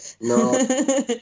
No